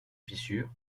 fissures